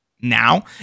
Now